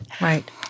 Right